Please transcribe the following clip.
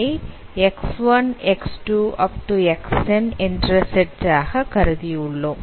xn என்ற set ஆக கருதி உள்ளோம்